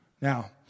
Now